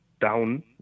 down